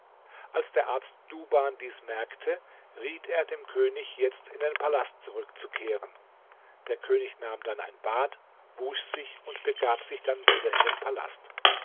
als der arzt duban dies merkte riet er dem könig jetzt in den palast zurückzukehren der könig nahm dann ein bad wusch sich und begab sich dann wieder in den palast